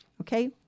okay